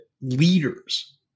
leaders